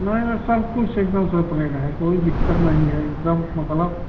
नहीं नहीं सब कुछ एक दम कंप्लीट है कोई दिक़्क़त नहीं है एक दम मतलब